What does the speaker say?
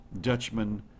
Dutchman